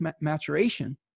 maturation